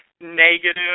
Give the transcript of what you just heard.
negative